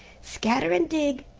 scatter and dig.